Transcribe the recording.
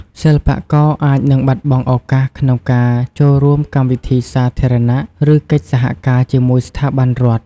សិល្បករអាចនឹងបាត់បង់ឱកាសក្នុងការចូលរួមកម្មវិធីសាធារណៈ ឬកិច្ចសហការជាមួយស្ថាប័នរដ្ឋ។